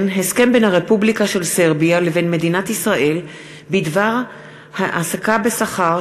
הסכם בין הרפובליקה של סרביה לבין מדינת ישראל בדבר העסקה בשכר